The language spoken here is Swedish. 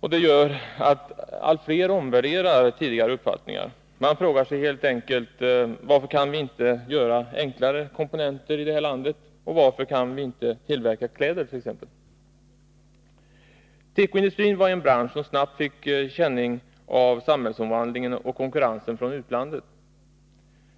och det gör att allt fler omvärderar tidigare uppfattningar. Man frågar sig helt enkelt, varför vi inte kan göra enklare komponenter här i landet och varför vi inte kan tillverka t.ex. kläder. Tekoindustrin är en bransch som snabbt fick känning av samhällsomvandlingen och konkurrensen från utlandet.